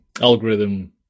algorithm